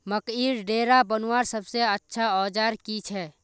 मकईर डेरा बनवार सबसे अच्छा औजार की छे?